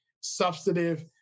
substantive